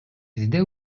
бизде